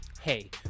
Hey